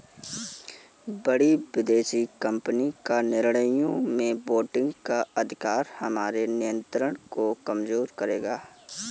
बड़ी विदेशी कंपनी का निर्णयों में वोटिंग का अधिकार हमारे नियंत्रण को कमजोर करेगा